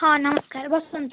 ହଁ ନମସ୍କାର ବସନ୍ତୁ